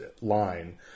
line